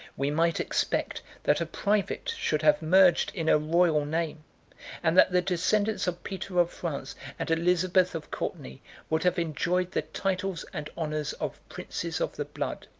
we might expect that a private should have merged in a royal name and that the descendants of peter of france and elizabeth of courtenay would have enjoyed the titles and honors of princes of the blood.